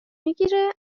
میگیره